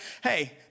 hey